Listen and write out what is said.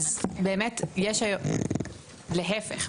להיפך,